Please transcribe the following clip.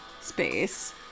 space